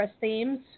themes